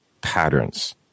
patterns